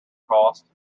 cost